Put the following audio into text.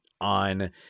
on